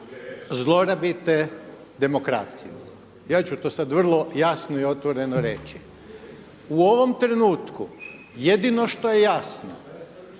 zlorabite demokraciju, ja ću to sada vrlo jasno i otvoreno reći. U ovom trenutku jedino što je jasno